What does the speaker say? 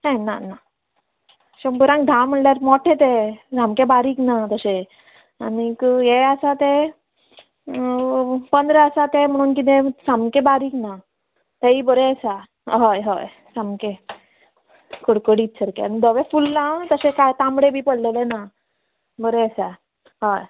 हे ना ना शंबरांग धा म्हळ्ळ्यार मोठे ते सामके बारीक ना तशें आनीक हे आसा ते पंदरा आसा ते म्हुणून कितें सामके बारीक ना तेय बरे आसा हय हय सामके कडकडीत सारके आनी धवेफुल्ल आं तशें कांय तांबडे बी पडिल्ले ना बरें आसा हय